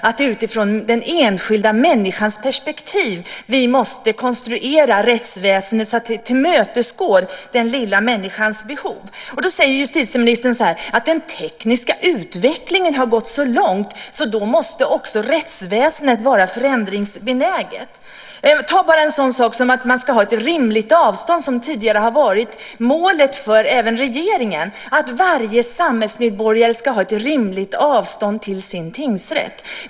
Det är utifrån den enskilda människans perspektiv vi måste konstruera rättsväsendet så att det tillmötesgår den lilla människans behov. Då säger justitieministern att den tekniska utvecklingen har gått så långt att också rättsväsendet måste vara förändringsbenäget. Ta bara en sådan sak som att man ska ha ett rimligt avstånd. Det har tidigare varit målet även för regeringen att varje samhällsmedborgare ska ha ett rimligt avstånd till sin tingsrätt.